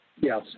Yes